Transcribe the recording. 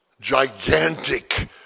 gigantic